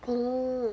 mm